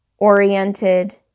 oriented